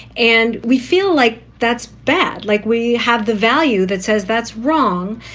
and we feel like that's bad. like we have the value that says that's wrong.